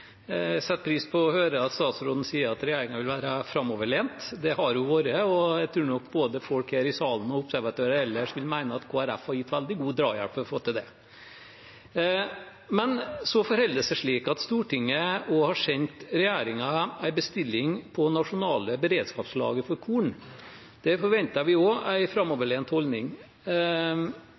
pris på å høre at statsråden sier at regjeringen vil være framoverlent. Det har den vært, og jeg tror nok både folk her i salen og observatører ellers vil mene at Kristelig Folkeparti har gitt veldig god drahjelp for å få til det. Men så forholder det seg slik at Stortinget også har sendt regjeringen en bestilling på nasjonale beredskapslager for korn. Der forventer vi også en framoverlent holdning.